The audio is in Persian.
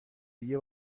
دیگه